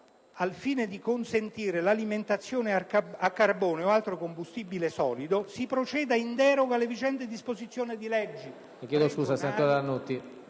al fine di consentirne l'alimentazione a carbone o altro combustibile solido, si procede in deroga alle vigenti disposizioni di legge